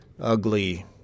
ugly